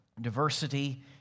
Diversity